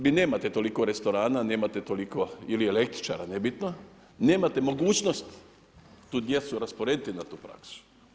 Vi nemate toliko restorana, nemate toliko ili električara, nebitno, nemate mogućnosti tu djecu rasporediti na tu praksu.